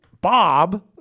Bob